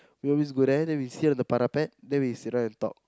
we always go there then we sit on the parapet then we sit and talk